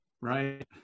right